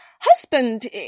husband